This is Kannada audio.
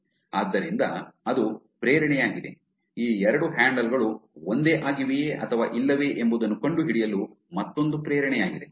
ಆದ್ದರಿಂದ ಅದು ಪ್ರೇರಣೆಯಾಗಿದೆ ಈ ಎರಡು ಹ್ಯಾಂಡಲ್ ಗಳು ಒಂದೇ ಆಗಿವೆಯೇ ಅಥವಾ ಇಲ್ಲವೇ ಎಂಬುದನ್ನು ಕಂಡುಹಿಡಿಯಲು ಮತ್ತೊಂದು ಪ್ರೇರಣೆಯಾಗಿದೆ